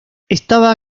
estaba